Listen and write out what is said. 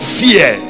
fear